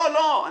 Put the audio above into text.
לא, לא.